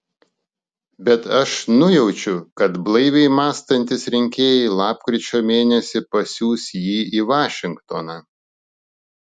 bet aš nujaučiu kad blaiviai mąstantys rinkėjai lapkričio mėnesį pasiųs jį į vašingtoną